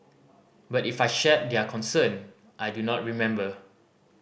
but if I shared their concern I do not remember